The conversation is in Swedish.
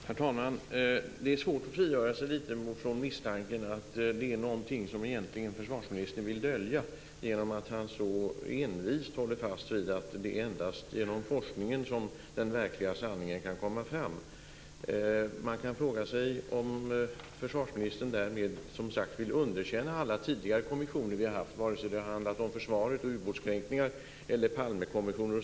Herr talman! Det är svårt att frigöra sig från misstanken att försvarsministern egentligen vill dölja något genom att han så envist håller fast vid att det endast är genom forskningen som den verkliga sanningen kan komma fram. Man kan fråga sig om försvarsministern därmed vill underkänna alla tidigare kommissioner vi haft, vare sig det har handlat om försvaret och ubåtskränkningar eller om Palmekommissioner.